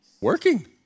working